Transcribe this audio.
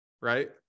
right